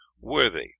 worthy